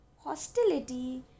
hostility